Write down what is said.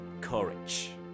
courage